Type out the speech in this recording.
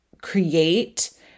create